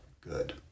good